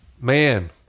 Man